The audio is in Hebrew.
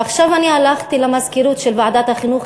ועכשיו הלכתי למזכירות של ועדת החינוך,